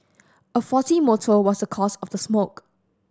a faulty motor was the cause of the smoke